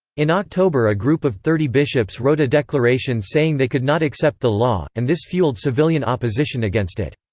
in october a group of thirty bishops wrote a declaration saying they could not accept the law, and this fueled civilian opposition against it.